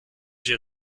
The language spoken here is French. j’ai